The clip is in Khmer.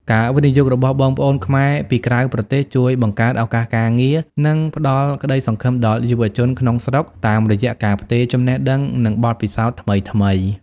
ការវិនិយោគរបស់បងប្អូនខ្មែរពីក្រៅប្រទេស ជួយបង្កើត ឱកាសការងារ និងផ្ដល់ក្តីសង្ឃឹមដល់យុវជនក្នុងស្រុក តាមរយៈការផ្ទេរចំណេះដឹង និងបទពិសោធន៍ថ្មីៗ។